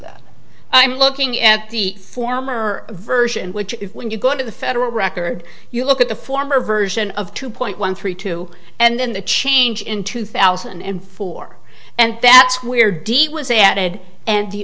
that i'm looking at the former version which is when you go to the federal record you look at the former version of two point one three two and then the change in two thousand and four and that's where d was added and the